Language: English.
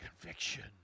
Conviction